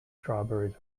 strawberries